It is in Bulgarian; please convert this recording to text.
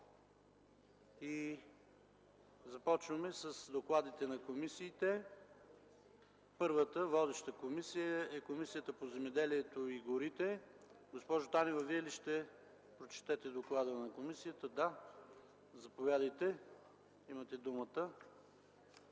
Започваме с докладите на комисиите. Водеща е Комисията по земеделието и горите. Госпожо Танева, Вие ли ще прочетете доклада на комисията? Заповядайте, имате думата.